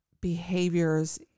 behaviors